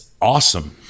awesome